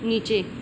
नीचे